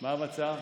מה המצב?